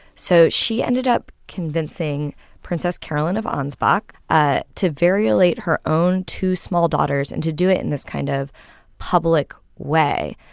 so she ended up convincing princess caroline of ansbach ah to variolate her own two small daughters and to do it in this kind of public way.